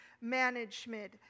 management